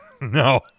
No